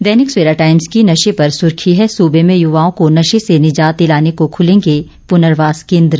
दैनिक Savera Times की नशे पर सुर्खी है सूबे में युवाओं को नशे से निजात दिलाने को खुलेंगे पुनर्वास केन्द्र